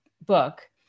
book